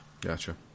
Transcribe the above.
Gotcha